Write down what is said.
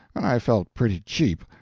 and i felt pretty cheap,